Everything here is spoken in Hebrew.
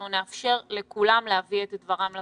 אנחנו נאפשר לכולם להביא את דברם לוועדה.